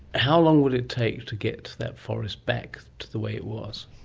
how long will it take to get that forest back to the way it was?